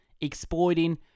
exploiting